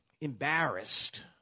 embarrassed